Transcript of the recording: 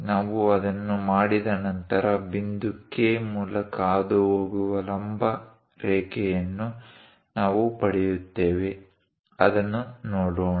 ನಾವು ಅದನ್ನು ಮಾಡಿದ ನಂತರ ಬಿಂದು K ಮೂಲಕ ಹಾದುಹೋಗುವ ಲಂಬ ರೇಖೆಯನ್ನು ನಾವು ಪಡೆಯುತ್ತೇವೆ ಅದನ್ನು ನೋಡೋಣ